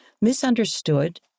misunderstood